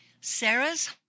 sarah's